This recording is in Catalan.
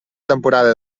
temporada